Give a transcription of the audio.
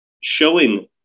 showing